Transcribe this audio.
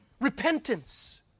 Repentance